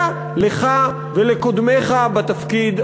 היה לך ולקודמיך בתפקיד,